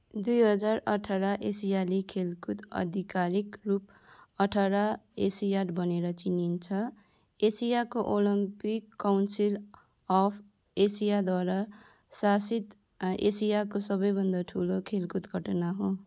दुई हजार अठाह्र एसियाली खेलकुद आधिकारिक रूप अठाह्र एसियाड भनेर चिनिन्छ एसियाको ओलम्पिक काउन्सिल अफ एसियाद्वारा शासित एसियाको सबैभन्दा ठुलो खेलकुद घटना हो